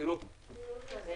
בשעה 10:51.